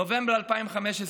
נובמבר 2015,